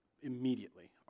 immediately